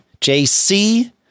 JC